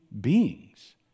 beings